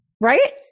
Right